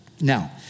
now